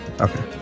Okay